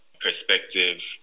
perspective